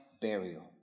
burial